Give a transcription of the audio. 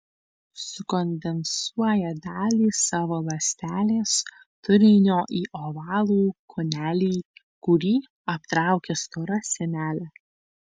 sukondensuoja dalį savo ląstelės turinio į ovalų kūnelį kurį aptraukia stora sienele